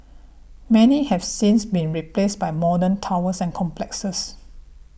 many have since been replaced by modern towers and complexes